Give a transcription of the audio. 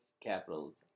Capitals